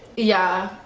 yeah,